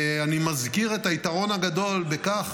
אני מזכיר את היתרון הגדול בכך